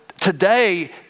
today